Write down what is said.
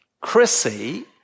Chrissy